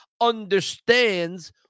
understands